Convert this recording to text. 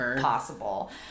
possible